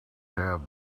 have